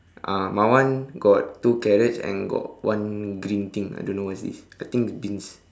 ah mine one got two carrots and got one green thing I don't know what is this I think beans